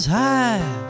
high